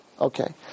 Okay